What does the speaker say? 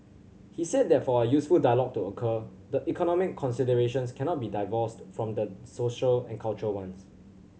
he said that for a useful dialogue to occur the economic considerations cannot be divorced from the social and cultural ones